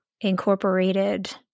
incorporated